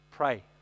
Pray